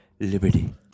Liberty